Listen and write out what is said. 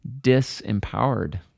disempowered